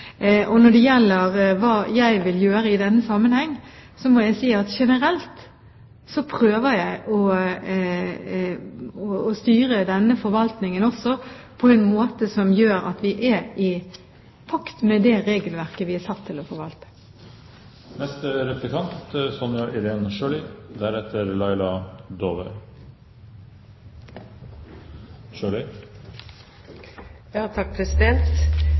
Når det gjelder hva jeg vil gjøre i denne sammenheng, må jeg si at generelt prøver jeg å styre denne forvaltningen også på en måte som gjør at vi er i pakt med det regelverket vi er satt til å forvalte.